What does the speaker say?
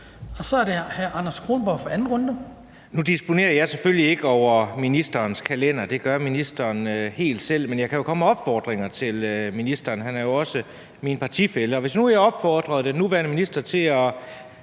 Kl. 14:39 Anders Kronborg (S): Nu disponerer jeg selvfølgelig ikke over ministerens kalender; det gør ministeren helt selv. Men jeg kan jo komme med opfordringer til ministeren. Han er jo også min partifælle. Jeg lytter mig frem til, at hvis nu jeg opfordrede den nuværende minister til at